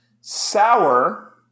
sour